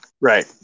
Right